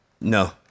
No